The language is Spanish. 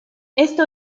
esto